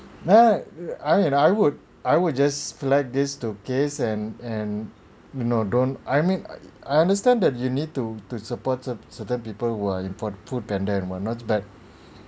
No I mean I would I would just flag this to case and and you know don't I mean I understand that you need to to support certain certain people who are in pot foodpanda and what not but